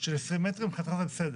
של 20 מטרים, מבחינתך זה בסדר.